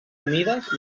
humides